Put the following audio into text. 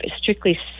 strictly